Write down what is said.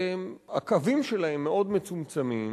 הקווים שלהן מאוד מצומצמים,